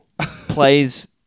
plays